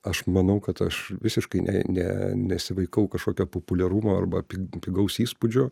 aš manau kad aš visiškai ne ne nesivaikau kažkokio populiarumo arba pi pigaus įspūdžio